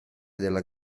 della